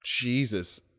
Jesus